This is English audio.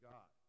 God